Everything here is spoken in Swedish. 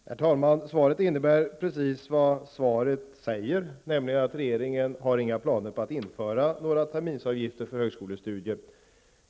Herr talman! Tack för välkomsthälsningen. Svaret innebär precis vad svaret säger, nämligen att regeringen inte har några planer på att införa terminsavgifter för högskolestudier.